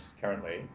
currently